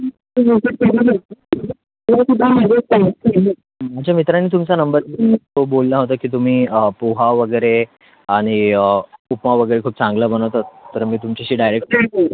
माझ्या मित्रांनी तुमचा नंबर तो बोलला होता की तुम्ही पोहा वगैरे आणि उपमा वगैरे खूप चांगल्या बनवतात तर मी तुमच्याशी डायरेक्ट